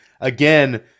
Again